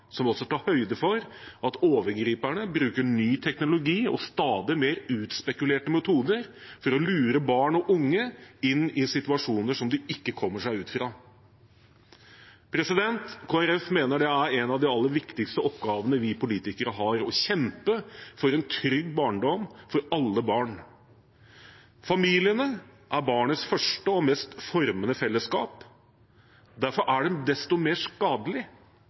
som også tar høyde for at overgriperne bruker ny teknologi og stadig mer utspekulerte metoder for å lure barn og unge inn i situasjoner som de ikke kommer seg ut av. Kristelig Folkeparti mener at en av de viktigste oppgavene vi politikere har, er å kjempe for en trygg barndom for alle barn. Familien er barnets første og mest formende fellesskap, og derfor er det desto mer skadelig